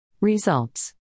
Results